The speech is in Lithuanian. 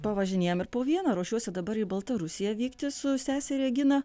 pavažinėjam ir po vieną ruošiuosi dabar į baltarusiją vykti su sese regina